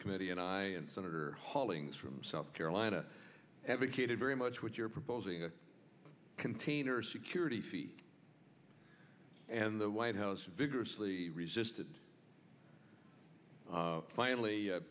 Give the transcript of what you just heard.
committee and i and senator hollings from south carolina advocated very much what you're proposing a container security fee and the white house vigorously resisted finally